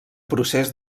procés